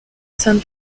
san